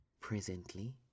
Presently